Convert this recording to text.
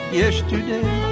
yesterday